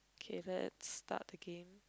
okay let's start again